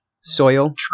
soil